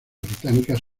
británicas